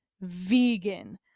vegan